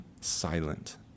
silent